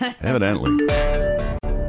Evidently